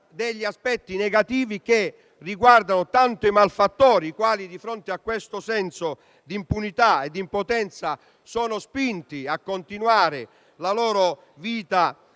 sono aspetti negativi che influenzano tanto i malfattori, i quali di fronte a questo senso di impunità e di impotenza sono spinti a continuare la loro vita